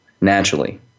naturally